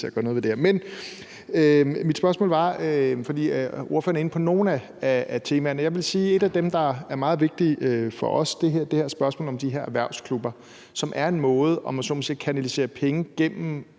at gøre noget ved det her. Men mit spørgsmål var: Ordføreren er inde på nogle af temaerne, og jeg vil sige, at et af dem, der er meget vigtige for os, er spørgsmålet om de her erhvervsklubber, som er en måde, om man så må sige, at kanalisere penge gennem